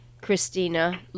Christina